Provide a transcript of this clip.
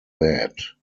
bad